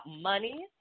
money